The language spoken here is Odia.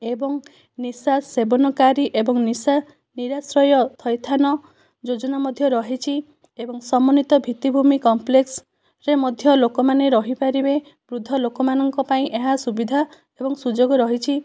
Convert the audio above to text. ଏବଂ ନିଶା ସେବନକାରୀ ଏବଂ ନିଶା ନିରାଶ୍ରୟ ଥଇଥାନ ଯୋଜନା ମଧ୍ୟ ରହିଛି ଏବଂ ସମନ୍ନୀତ ଭିତ୍ତିଭୂମି କମପ୍ଲେକ୍ସରେ ମଧ୍ୟ ଲୋକମାନେ ରହିପାରିବେ ବୃଦ୍ଧଲୋକମାନଙ୍କ ପାଇଁ ଏହା ସୁବିଧା ଏବଂ ସୁଯୋଗ ରହିଛି